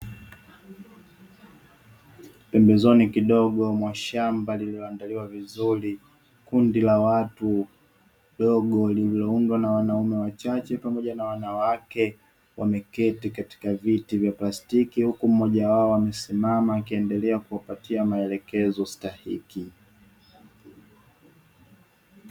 Pembezoni kidogo mwashamba liloandaliwa vizuri, kundi la watu dogo lililoundwa na wanaume wachache pamoja na wanawake walioketi katika viti vya plastiki, huku mmojawao amesimama akiwapatia maelekezo stahiki.